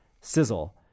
Sizzle